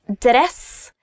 dress